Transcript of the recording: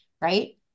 Right